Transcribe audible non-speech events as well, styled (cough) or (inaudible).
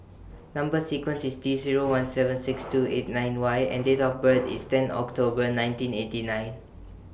Number sequence IS T Zero one (noise) seven six two eight nine Y and Date of birth IS ten October nineteen eighty nine